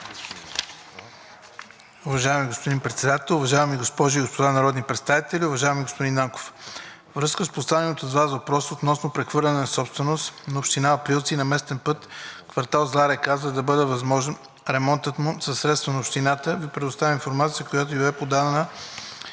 Уважаеми господин Председател, уважаеми госпожи и господа народни представители! Уважаеми господин Нанков, във връзка с поставения от Вас въпрос относно прехвърляне в собственост на Община Априлци на местен път в квартал „Зла река“, за да бъде възложен ремонтът му със средства на Общината, Ви предоставям информацията, която ми бе подадена